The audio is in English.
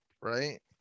right